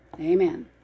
Amen